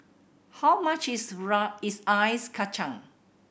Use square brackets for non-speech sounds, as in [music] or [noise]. how much is [unintelligible] is Ice Kachang